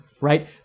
right